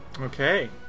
Okay